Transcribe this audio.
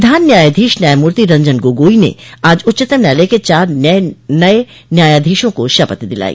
प्रधान न्यायाधीश न्याययमूर्ति रंजन गोगोई ने आज उच्चतम न्यायालय के चार नये न्यायाधीशों को शपथ दिलाई